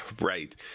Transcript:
Right